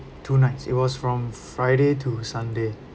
two nights it was from friday to sunday